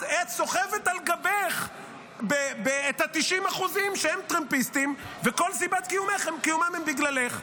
את סוחבת על גבך את ה-90% שהם טרמפיסטים וכל סיבת קיומם היא בגללך.